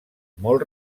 molt